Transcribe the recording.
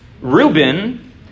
Reuben